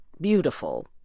beautiful